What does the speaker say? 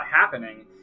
happening